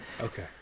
Okay